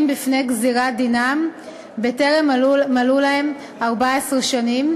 בפני גזירת דינם בטרם מלאו להם 14 שנים,